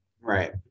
Right